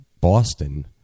Boston